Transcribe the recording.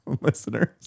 listeners